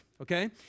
okay